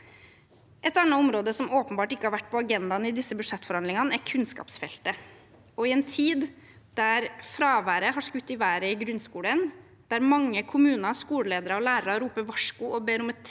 Et annet område som åpenbart ikke har vært på agendaen i disse budsjettforhandlingene, er kunnskapsfeltet. I en tid da fraværet har skutt i været i grunnskolen, da mange kommuner, skoleledere og lærere roper varsko og ber om et